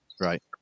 Right